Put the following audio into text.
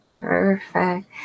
Perfect